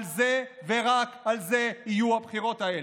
על זה ורק על זה יהיו הבחירות האלה.